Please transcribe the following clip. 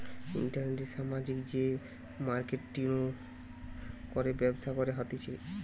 ইন্টারনেটে সামাজিক যে মার্কেটিঙ করে ব্যবসা করা হতিছে